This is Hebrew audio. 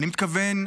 אני מתכוון,